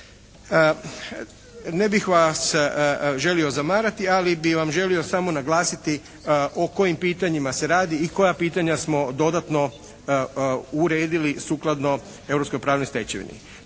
Ne bih vas želio zamarati ali bih vam želio samo naglasiti o kojim pitanjima se radi i koja pitanja smo dodatno uredili sukladno europskoj